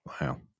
Wow